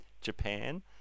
Japan